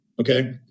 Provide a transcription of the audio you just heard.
okay